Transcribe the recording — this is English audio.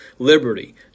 Liberty